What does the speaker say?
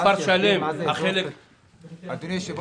כשהלשכה